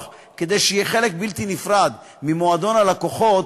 כדי שיהיה חלק בלתי נפרד ממועדון הלקוחות,